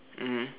mmhmm